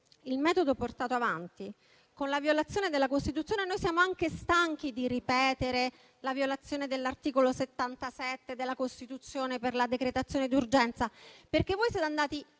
Il metodo è portato avanti con la violazione della Costituzione: noi siamo anche stanchi di ripetere la violazione dell'articolo 77 della Costituzione per la decretazione d'urgenza, perché voi siete andati